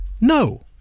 No